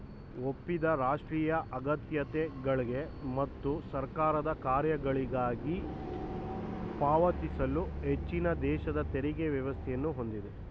ಒಪ್ಪಿದ ರಾಷ್ಟ್ರೀಯ ಅಗತ್ಯಗಳ್ಗೆ ಮತ್ತು ಸರ್ಕಾರದ ಕಾರ್ಯಗಳ್ಗಾಗಿ ಪಾವತಿಸಲು ಹೆಚ್ಚಿನದೇಶದ ತೆರಿಗೆ ವ್ಯವಸ್ಥೆಯನ್ನ ಹೊಂದಿದೆ